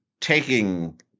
taking